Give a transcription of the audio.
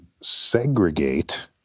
segregate